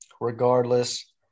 regardless